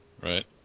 Right